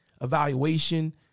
evaluation